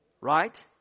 Right